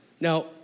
Now